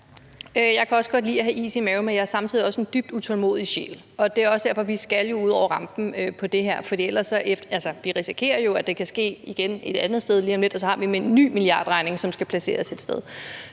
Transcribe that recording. Jeg kan også godt lide at have is i maven, men jeg er samtidig også en dybt utålmodig sjæl. Det er også derfor, vi skal ud over rampen med det her, for vi risikerer jo, at det kan ske igen et andet sted lige om lidt, og så har vi en ny milliardregning, som skal placeres et sted.